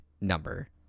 number